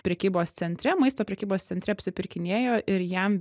prekybos centre maisto prekybos centre apsipirkinėjo ir jam